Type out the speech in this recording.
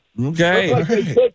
Okay